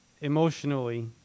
emotionally